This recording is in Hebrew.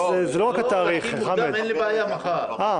אין לי בעיה להגיע מוקדם מחר בבוקר.